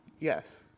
Yes